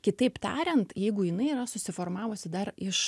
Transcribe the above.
kitaip tariant jeigu jinai yra susiformavusi dar iš